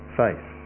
faith